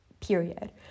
Period